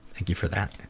thank you for that.